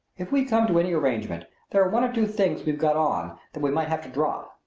if we come to any arrangement there are one or two things we've got on that we might have to drop.